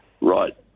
right